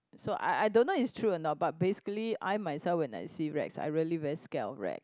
so I I don't know its true or not but basically I myself when I see rats I really very scared of rats